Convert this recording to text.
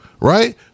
right